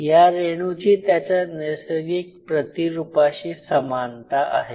ह्या रेणूची त्याच्या नैसर्गिक प्रतिरुपाशी समानता आहे